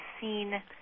seen